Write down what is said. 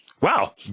Wow